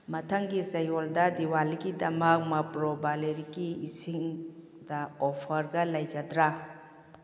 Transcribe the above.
ꯃꯊꯪꯒꯤ ꯆꯌꯣꯜꯗ ꯗꯤꯋꯥꯂꯤꯒꯤꯗꯃꯛ ꯃꯄ꯭ꯔꯣ ꯕꯥꯂꯦꯔꯤꯒꯤ ꯏꯁꯤꯡꯗ ꯑꯣꯐꯔꯒ ꯂꯩꯒꯗ꯭ꯔꯥ